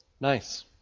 Nice